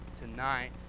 tonight